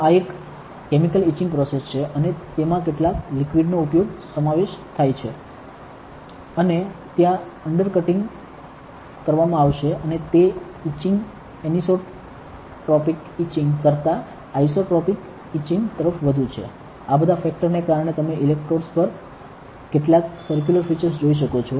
તો આ એક કેમિકલ ઇચીંગ પ્રોસેસ છે અને તેમાં કેટલાક લિક્વિડ નો સમાવેશ થાય છે અને ત્યાં અંડરકટિંગ કરવામાં આવશે અને તે ઇચીંગ એનિસોટ્રોપિક ઇચીંગ કરતાં આઇસોટ્રોપિક ઇચીંગ તરફ વધુ છે આ બધા ફેકટર ને કારણે તમે ઇલેક્ટ્રોડ્સ પર કેટલાક સરક્યુલર ફીચર્સ જોઈ શકો છો